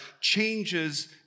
changes